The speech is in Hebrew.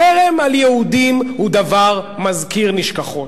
חרם על יהודים הוא דבר מזכיר נשכחות.